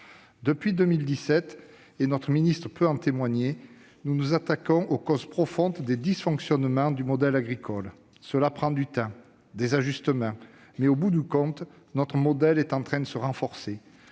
Depuis 2017 - notre ministre peut en témoigner -, nous nous attaquons aux causes profondes des dysfonctionnements du modèle agricole. Cela prend du temps et exige des ajustements, mais, au bout du compte, notre modèle est en train de se renforcer.